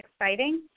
exciting